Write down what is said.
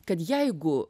kad jeigu